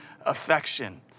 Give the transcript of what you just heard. affection